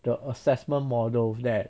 the assessment models that